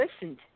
listened